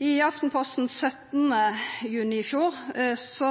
I Aftenposten den 17. juli i fjor